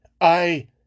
I—